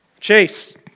Chase